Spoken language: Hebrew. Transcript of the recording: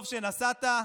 טוב שנסעת,